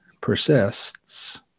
persists